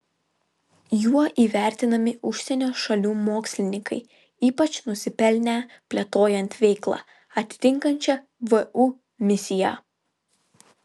juo įvertinami užsienio šalių mokslininkai ypač nusipelnę plėtojant veiklą atitinkančią vu misiją